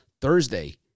Thursday